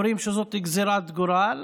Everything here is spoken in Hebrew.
אומרים שזאת גזרת גורל,